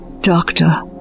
Doctor